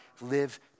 live